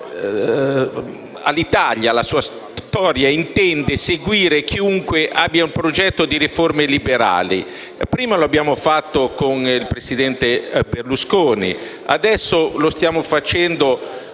dell'Italia e che intende seguire chiunque abbia un progetto di riforme liberali. Prima lo abbiamo fatto con il presidente Berlusconi, e adesso lo stiamo facendo,